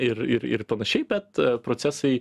ir ir ir panašiai bet procesai